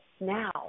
now